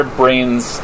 brains